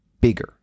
bigger